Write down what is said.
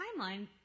timeline